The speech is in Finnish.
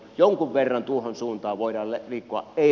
jonkun verran tuohon suuntaan voidaan liikkua ei